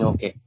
Okay